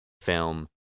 film